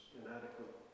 inadequate